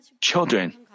children